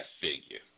figure